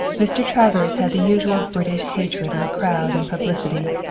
mr. travers had the usual british hatred of a crowd and publicity,